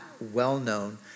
well-known